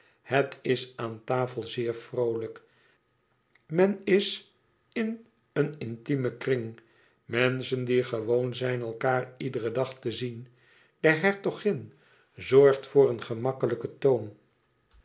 het is aan tafel zeer vroolijk men is in een intiemen kring menschen die gewoon zijn elkaâr iederen dag te zien de hertogin zorgt voor een gemakkelijken toon